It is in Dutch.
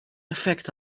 effect